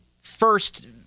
first